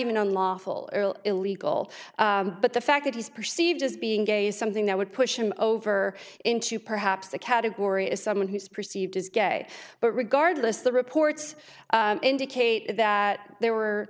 even unlawful illegal but the fact that he's perceived as being gay is something that would push him over into perhaps the category as someone who's perceived as gay but regardless the reports indicate that there were